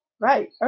right